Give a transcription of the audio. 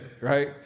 Right